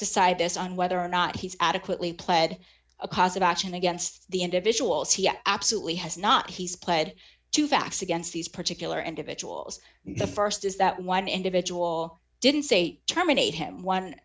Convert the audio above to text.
decide this on whether or not he's adequately pled a cause of action against the individuals he absolutely has not he's pled to facts against these particular individuals the st is that one individual didn't say terminate him one